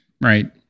right